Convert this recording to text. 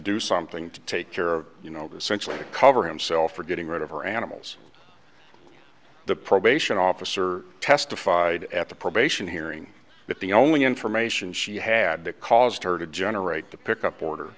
do something to take care of you know the essential to cover himself for getting rid of her animals the probation officer testified at the probation hearing that the only information she had that caused her to generate the pick up order